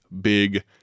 big